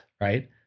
right